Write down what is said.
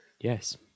Yes